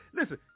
listen